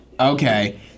Okay